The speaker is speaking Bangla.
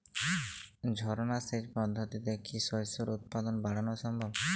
ঝর্না সেচ পদ্ধতিতে কি শস্যের উৎপাদন বাড়ানো সম্ভব?